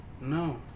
No